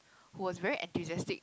was very enthusiastic